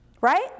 right